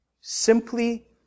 simply